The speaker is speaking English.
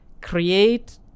create